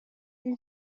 این